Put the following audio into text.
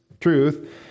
truth